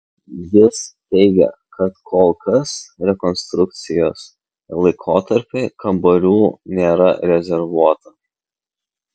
jis teigia kad kol kas rekonstrukcijos laikotarpiui kambarių nėra rezervuota